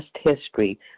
history